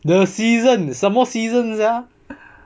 the season 什么 season sia